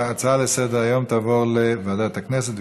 ההצעה לסדר-היום תעבור לוועדת הכנסת,